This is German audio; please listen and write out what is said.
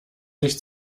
sich